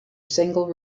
single